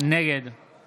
נגד